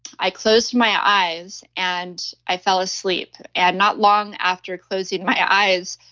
i closed my eyes and i fell asleep. and not long after closing my eyes,